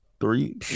three